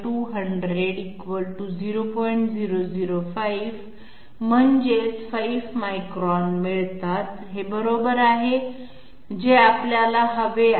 005 म्हणजे 5 मायक्रॉन मिळतात हे बरोबर आहे जे आपल्याला हवे आहे